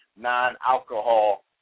non-alcohol